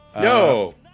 yo